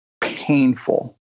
painful